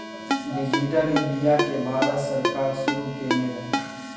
digital India केँ भारत सरकार शुरू केने रहय